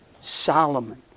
Solomon